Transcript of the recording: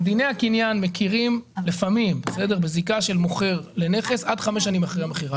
דיני הקניין לפעמים מכירים בזיקה של מוכר לנכס עד חמש שנים אחרי המכירה.